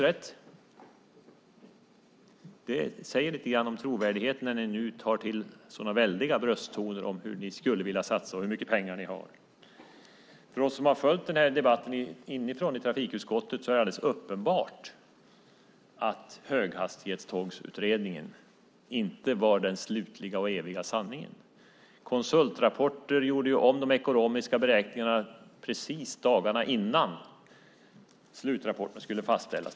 Det säger lite grann om trovärdigheten när ni nu tar till sådana väldiga brösttoner om hur ni skulle vilja satsa och hur mycket pengar ni har. För oss som har följt den här debatten inifrån trafikutskottet är det alldeles uppenbart att höghastighetstågsutredningen inte var den slutliga och eviga sanningen. Konsultrapporter gjorde om de ekonomiska beräkningarna precis dagarna innan slutrapporten skulle fastställas.